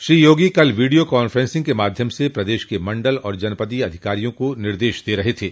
श्रो योगी कल video conferencing के माध्यम से प्रदेश के मण्डल और जनपदीय अधिकारियों को निर्देश दे रहे थे